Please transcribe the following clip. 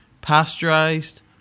pasteurized